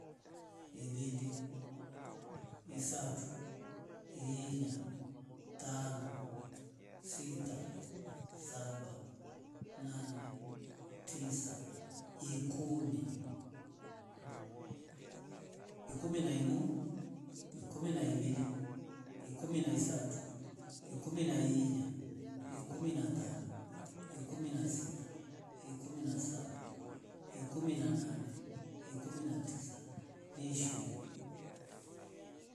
Ivili, isatu, iinya, tano, sita, saba, nane, tisa, ikumi mhh ikumi na imo, ikumi na ivili, ikumi na isatu, ikumi na iinya, ikumi na tano, ikumi na sita, ikumi na saba, ikumi na nane, ikumi na tisi, nishirini